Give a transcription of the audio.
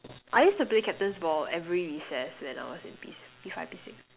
I used to play captain's ball every recess when I was in P five P six